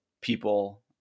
people